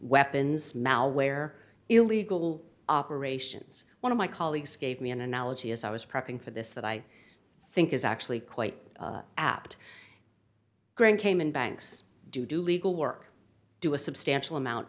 weapons malware illegal operations one of my colleagues gave me an analogy as i was prepping for this that i think is actually quite apt grand cayman banks do do legal work do a substantial amount